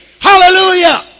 Hallelujah